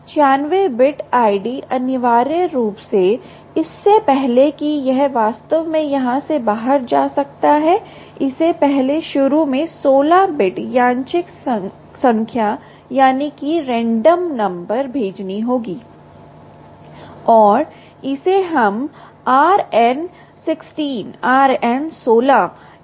अब 96 bit ID अनिवार्य रूप से इससे पहले कि यह वास्तव में यहां से बाहर जा सकता है इसे पहले शुरू में 16 बिट यादृच्छिक संख्या भेजनी होगी और इसे हम आरएन 16 के रूप में कहेंगे